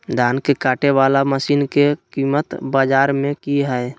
धान के कटे बाला मसीन के कीमत बाजार में की हाय?